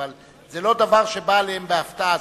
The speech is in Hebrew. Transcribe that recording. אבל זה לא דבר שבא אליהם בהפתעה,